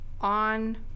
on